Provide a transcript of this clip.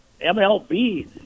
MLB